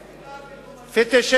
אין סתירה בין הומניזם, תקשיב.